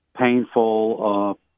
painful